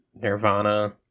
Nirvana